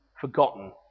forgotten